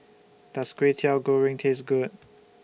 Does Kwetiau Goreng Taste Good